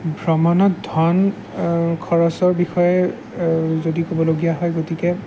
ভ্ৰমণত ধন খৰচৰ বিষয়ে যদি ক'বলগীয়া হয় গতিকে